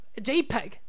JPEG